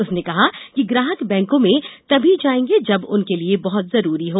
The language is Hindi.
उसने कहा कि ग्राहक बैंकों में तभी जायेंए जब यह उनके लिए बहुत जरूरी हो